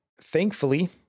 thankfully